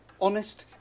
honest